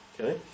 Okay